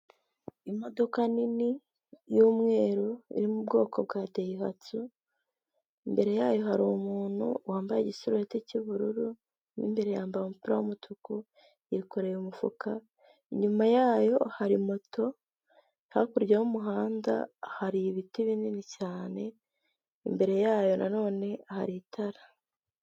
Imodoka nini y'umweru iri mu bwoko bwa dayihatsu, imbere yayo hari umuntu wambaye igisurubeti cy'ubururu mu imbere yambaye umupira w'umutuku, yikoreye umufuka, inyuma yayo hari moto hakurya y'umuhanda hari ibiti binini cyane, imbere yayo na none hari itara.